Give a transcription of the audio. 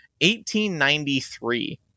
1893